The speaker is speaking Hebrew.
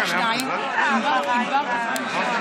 הבא?